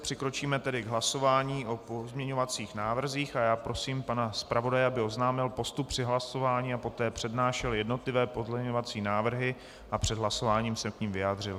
Přikročíme tedy k hlasování o pozměňovacích návrzích a já prosím pana zpravodaje, aby oznámil postup při hlasování a poté přednášel jednotlivé pozměňovací návrhy a před hlasováním se k nim vyjádřil.